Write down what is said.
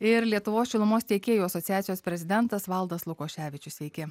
ir lietuvos šilumos tiekėjų asociacijos prezidentas valdas lukoševičius sveiki